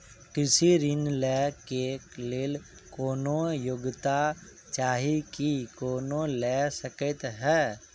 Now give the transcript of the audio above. कृषि ऋण लय केँ लेल कोनों योग्यता चाहि की कोनो लय सकै है?